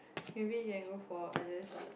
maybe you can go for others